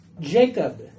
Jacob